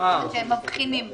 אני לא חושבת שהם מבחינים ביניהם.